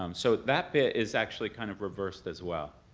um so that bit is actually kind of reversed as well.